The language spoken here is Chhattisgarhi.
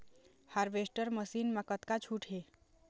हारवेस्टर मशीन मा कतका छूट हे?